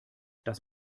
das